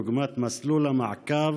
דוגמת מסלול המעקב